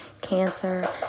cancer